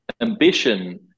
ambition